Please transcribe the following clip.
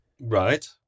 Right